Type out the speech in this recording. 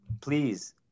Please